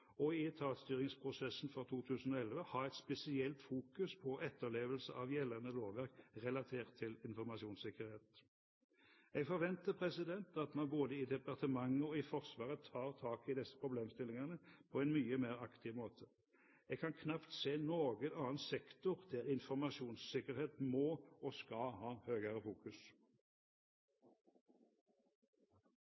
og i etatsstyringsprosessen for 2011 ha et spesielt fokus på etterlevelse av gjeldende lovverk relatert til informasjonssikkerhet. Jeg forventer at man både i departementet og i Forsvaret tar tak i disse problemstillingene på en mye mer aktiv måte. Jeg kan knapt se noen annen sektor der informasjonssikkerhet må og skal ha høyere fokus.